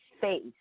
face